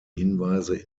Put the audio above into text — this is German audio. hinweise